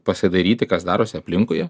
pasidairyti kas darosi aplinkui